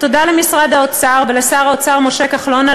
תודה למשרד האוצר ולשר האוצר משה כחלון על